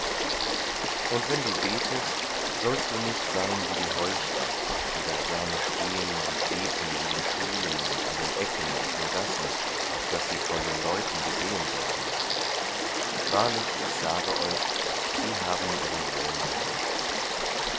und wenn du betest sollst du nicht sein wie die heuchler die da gerne stehen und beten in den schulen und an den ecken auf den gassen auf daß sie von den leuten gesehen werden wahrlich ich sage euch sie haben ihren lohn dahin